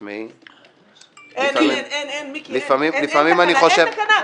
אין, מיקי, אין תקנה.